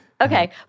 Okay